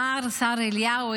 השר אליהו,